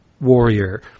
warrior